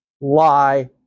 lie